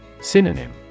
Synonym